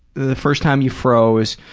the first time you froze.